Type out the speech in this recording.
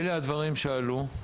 אלה הדברים שעלו.